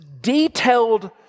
detailed